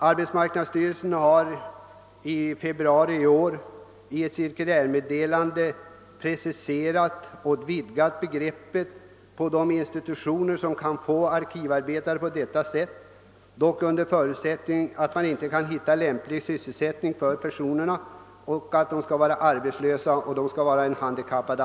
Arbetsmarknadsstyrelsen har i ett cirkulärmeddelande den 28 februari 1969 preciserat och vidgat anvisningarna på de institutioner som kan få arkivarbetare på detta sätt. En förutsättning är att man inte kan finna lämplig sysselsättning för vederbörande, som skall vara arbetslös eller handikappad.